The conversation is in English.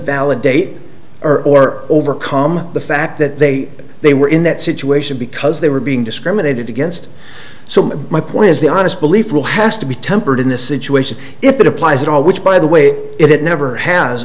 validate or or overcome the fact that they they were in that situation because they were being discriminated against so my point is the honest belief will has to be tempered in this situation if it applies at all which by the way it never has